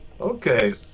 Okay